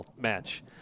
match